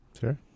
Sure